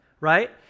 right